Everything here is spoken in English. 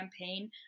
campaign